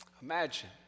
Imagine